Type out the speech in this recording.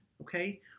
okay